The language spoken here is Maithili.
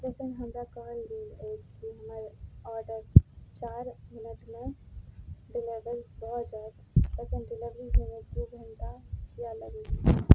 लेकिन हमरा कहल गेल अछि कि हमर ऑडर चारि मिनटमे डिलिवर भऽ जाएत एखन डिलिवरी होइमे दूुइ घण्टा किएक लगै छै